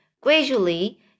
Gradually